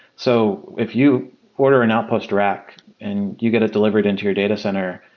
so if you order an outpost rack and you get it delivered into your data center,